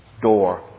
door